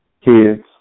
kids